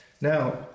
Now